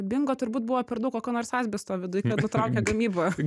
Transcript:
bingo turbūt buvo per daug kokio nors asbesto viduj kad nutraukė gamybą